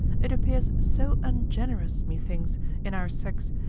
it appears so ungenerous, methinks, in our sex,